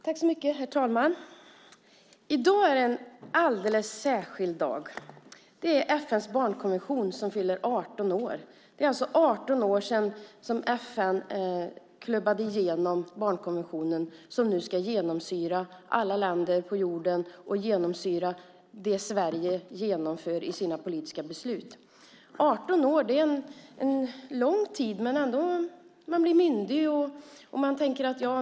Herr talman! I dag är det en alldeles särskild dag. FN:s barnkonvention fyller 18 år. Det är alltså 18 år sedan FN klubbade igenom barnkonventionen som nu ska genomsyra alla länder på jorden och det som Sverige genomför i sina politiska beslut. 18 år är en lång tid. Man blir myndig när man är 18 år.